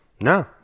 No